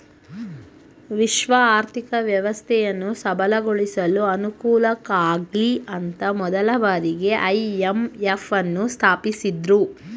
ವಿಶ್ವ ಆರ್ಥಿಕ ವ್ಯವಸ್ಥೆಯನ್ನು ಸಬಲಗೊಳಿಸಲು ಅನುಕೂಲಆಗ್ಲಿಅಂತ ಮೊದಲ ಬಾರಿಗೆ ಐ.ಎಂ.ಎಫ್ ನ್ನು ಸ್ಥಾಪಿಸಿದ್ದ್ರು